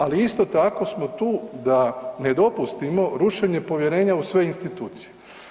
Ali isto tako smo tu da ne dopustimo rušenje povjerenja u sve institucije.